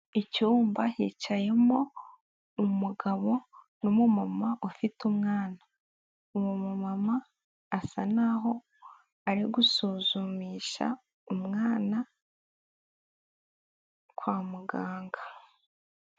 Icyumba hicayemo umugabo n'umumama ufite umwana, uwo umumama asa naho ari gusuzumisha umwana kwa muganga.